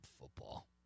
football